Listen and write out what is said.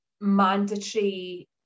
mandatory